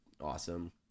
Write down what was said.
awesome